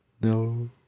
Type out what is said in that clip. no